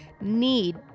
need